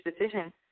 decision